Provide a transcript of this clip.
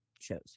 shows